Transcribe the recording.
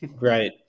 Right